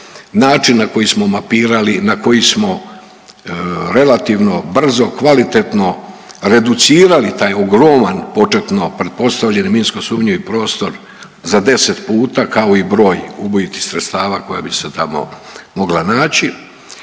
način na koji smo mapirali, na koji smo relativno, brzo i kvalitetno reducirali taj ogroman početno pretpostavljeni minsko sumnjivi prostor za 10 puta kao i broj ubojitih sredstava koja bi se tamo mogla naći,